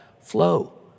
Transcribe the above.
flow